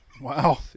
Wow